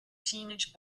teenage